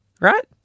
Right